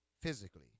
physically